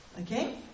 okay